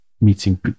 meeting